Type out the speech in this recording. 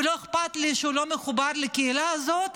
ולא אכפת לי שהוא לא מחובר לקהילה הזאת,